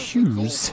Hughes